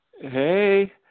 Hey